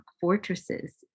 fortresses